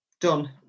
done